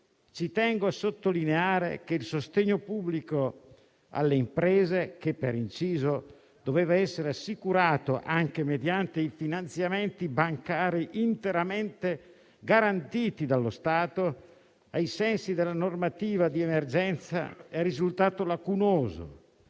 tengo a sottolineare che il sostegno pubblico alle imprese, che per inciso doveva essere assicurato anche mediante i finanziamenti bancari interamente garantiti dallo Stato, ai sensi della normativa di emergenza, è risultato lacunoso